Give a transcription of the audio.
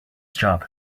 job